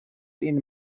این